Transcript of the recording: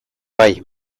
bai